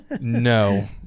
No